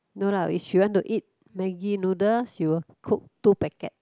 no lah if she want to eat Maggi noodle she will cook two packet